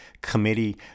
committee